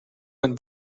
went